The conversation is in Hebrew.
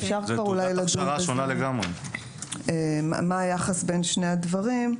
אפשר כבר אולי לדון בזה, מה היחס בין שני הדברים.